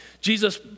Jesus